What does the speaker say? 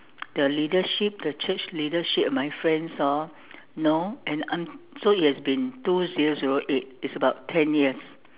the leadership the church leadership and my friends all know and un~ so it has been two zero zero eight it's about ten years